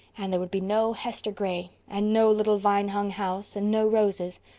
and there would be no hester gray and no little vine-hung house, and no roses.